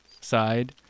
side